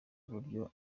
uburyo